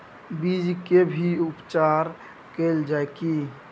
बीज के भी उपचार कैल जाय की?